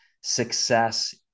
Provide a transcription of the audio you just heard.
success